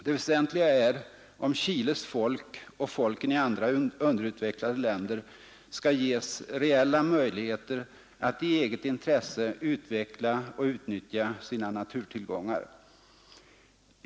Det väsentliga är om Chiles folk och folken i andra underutvecklade länder skall ges reella möjligheter att i eget intresse utveckla och utnyttja sina naturtillgångar.